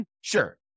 Sure